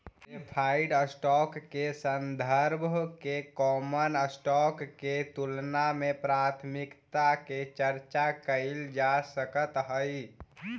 preferred stock के संदर्भ में कॉमन स्टॉक के तुलना में प्राथमिकता के चर्चा कैइल जा सकऽ हई